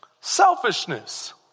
Selfishness